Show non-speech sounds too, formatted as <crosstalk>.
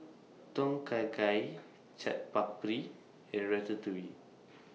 <noise> Tom Kha Gai Chaat Papri and Ratatouille